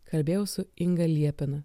kalbėjau su inga liepina